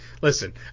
Listen